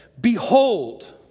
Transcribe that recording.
Behold